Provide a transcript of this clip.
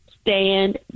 stand